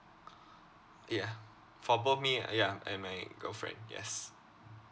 yeah for both me a~ yeah and my girlfriend yes